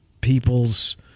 people's